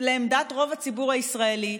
לעמדת רוב הציבור הישראלי,